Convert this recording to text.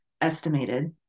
estimated